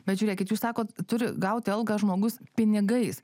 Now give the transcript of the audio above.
bet žiūrėkit jūs sakot turi gauti algą žmogus pinigais